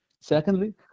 Secondly